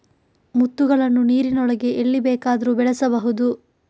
ಮುತ್ತುಗಳನ್ನು ನೀರಿನೊಳಗೆ ಎಲ್ಲಿ ಬೇಕಾದರೂ ಬೆಳೆಸಬಹುದು